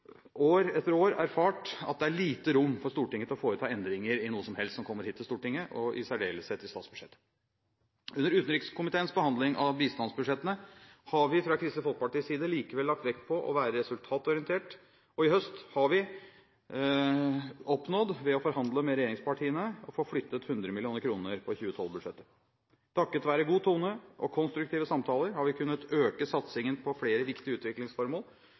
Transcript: år etter år erfart at det er lite rom for Stortinget til å foreta endringer i noe som helst som kommer hit til Stortinget, og i særdeleshet i statsbudsjettet. Under utenrikskomiteens behandling av bistandsbudsjettene har vi fra Kristelig Folkepartis side likevel lagt vekt på å være resultatorientert, og i høst har vi oppnådd – ved å forhandle med regjeringspartiene – å få flyttet 100 mill. kr på 2012-budsjettet. Takket være god tone og konstruktive samtaler har vi kunnet øke satsingen på flere viktige utviklingsformål